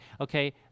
Okay